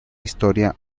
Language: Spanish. historia